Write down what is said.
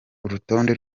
urutonde